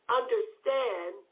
understand